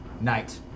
Night